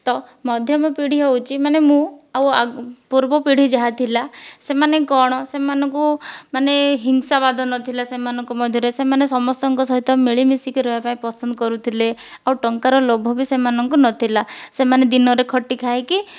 ତ ମଧ୍ୟମ ପିଢ଼ି ହେଉଛି ମାନେ ମୁଁ ଆଉ ପୂର୍ବ ପିଢ଼ି ଯାହା ଥିଲା ସେମାନେ କ'ଣ ସେମାନଙ୍କୁ ମାନେ ହିଂସା ବାଦ ନଥିଲା ସେମାନଙ୍କ ମଧ୍ୟରେ ସେମାନେ ସମସ୍ତଙ୍କ ସହିତ ମିଳିମିଶିକି ରହିବା ପାଇଁ ପସନ୍ଦ କରୁଥିଲେ ଆଉ ଟଙ୍କାର ଲୋଭ ବି ସେମାନଙ୍କୁ ନଥିଲା ସେମାନେ ଦିନରେ ଖଟି ଖାଇକି